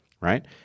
right